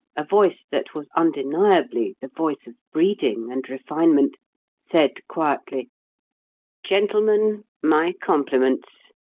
a voice that was undeniably the voice of breeding and refinement said quietly gentlemen, my compliments.